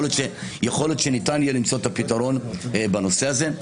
יכול להיות שניתן יהיה למצוא את הפתרון בנושא הזה.